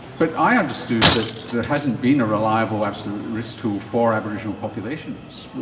but i understood that there hasn't been a reliable absolute risk tool for aboriginal populations.